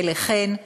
ולחן,